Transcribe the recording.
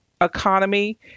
economy